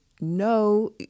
no